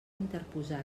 interposar